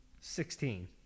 sixteen